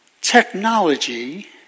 technology